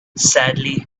sadly